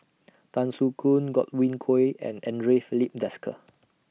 Tan Soo Khoon Godwin Koay and Andre Filipe Desker